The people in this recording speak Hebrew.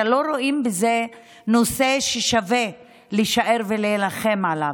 לא רואים בזה נושא ששווה להישאר ולהילחם עליו?